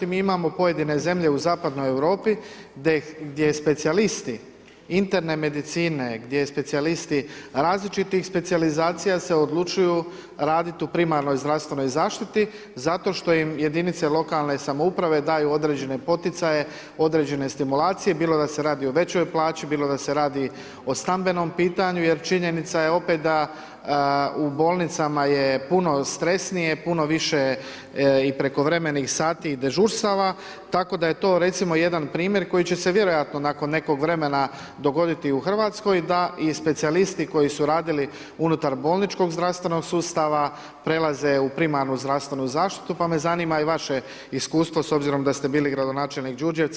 Mi imamo pojedine zemlje u zapadnoj Europi gdje specijalisti interne medicine, gdje specijalisti različitih specijalizacija se odlučuju raditi u primarnoj zdravstvenoj zaštiti zato što im jedinice lokalne samouprave daju određene poticaje, određene stimulacije, bilo da se radi o većoj plaći, bilo da se radi o stambenom pitanju jer činjenica je opet da u bolnicama je puno stresnije, puno više i prekovremenih sati i dežurstava, tako da je to recimo jedan primjer koji će se vjerojatno nakon nekog vremena dogoditi u RH da i specijalisti koji su radili unutar bolničkog zdravstvenog sustava prelaze u primarnu zdravstvenu zaštitu, pa me zanima i vaše iskustvo s obzirom da ste bili gradonačelnik Đurđevca.